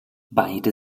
beide